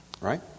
Right